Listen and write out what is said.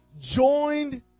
joined